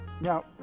Now